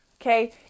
okay